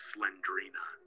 Slendrina